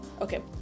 Okay